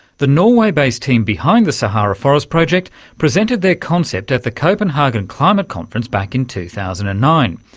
the norway-based team behind the sahara forest project presented their concept at the copenhagen climate conference back in two thousand and nine.